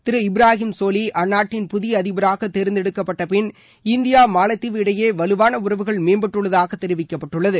திரு இப்ராஹிம் சோலி அந்நாட்டின் புதிய அதிபராக தேர்ந்தெடுக்கப்பட்டபின் இந்தியா மாலத்தீவு இடையே வலுவான உறவுகள் மேம்பட்டுள்ளதாக தெரிவிக்கப்பட்டுள்ளது